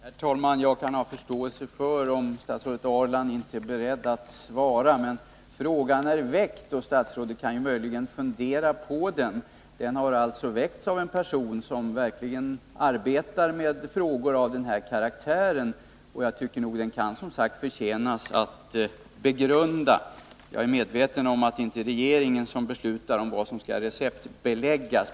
Herr talman! Jag kan ha förståelse för om statsrådet Ahrland inte är beredd att svara. Men frågan är väckt, och statsrådet kan möjligen fundera på den. Frågan har väckts av en person som verkligen arbetar med frågor av den här karaktären, och jag tycker nog att den kan förtjäna att begrundas. Jag är medveten om att det inte är regeringen som beslutar om vad som skall receptbeläggas.